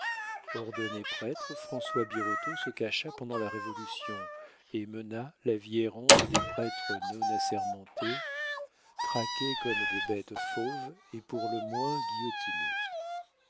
séminaire ordonné prêtre françois birotteau se cacha pendant la révolution et mena la vie errante des prêtres non assermentés traqués comme des bêtes fauves et pour le moins guillotinés